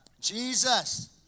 Jesus